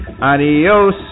Adios